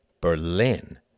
Berlin